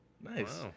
Nice